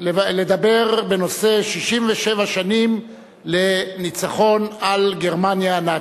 לדבר בנושא 67 שנים לניצחון על גרמניה הנאצית.